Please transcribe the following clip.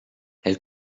elle